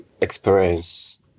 experience